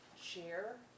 share